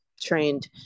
trained